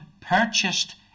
purchased